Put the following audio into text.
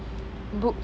book